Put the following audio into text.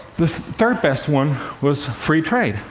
this third best one was free trade.